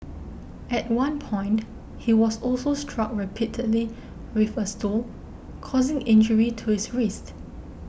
at one point he was also struck repeatedly with a stool causing injury to his wrist